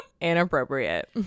inappropriate